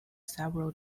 several